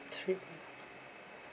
trip